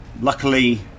Luckily